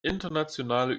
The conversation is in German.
internationale